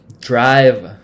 drive